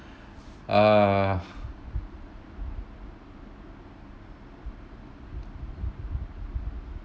uh